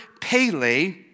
Pele